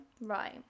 right